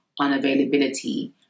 unavailability